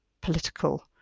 political